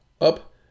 up